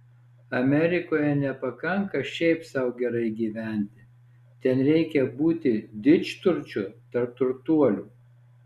amerikoje nepakanka šiaip sau gerai gyventi ten reikia būti didžturčiu tarp turtuolių